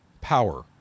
power